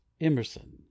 emerson